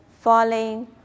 falling